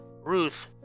Ruth